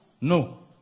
No